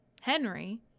Henry